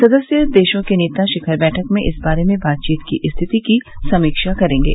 सदस्य देशों के नेता शिखर बैठक में इस बारे में बातचीत की स्थिति की समीक्षा करेंगे